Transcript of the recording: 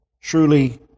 truly